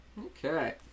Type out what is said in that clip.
Okay